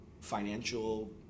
financial